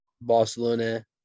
Barcelona